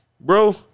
Bro